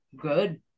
good